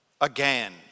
again